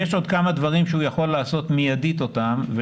יש עוד כמה דברים שהוא יכול לעשות אותם מיידית ולשפר